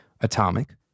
Atomic